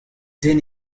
den